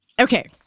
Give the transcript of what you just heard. Okay